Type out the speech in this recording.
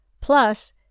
Plus